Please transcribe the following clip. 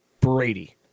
Brady